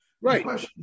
Right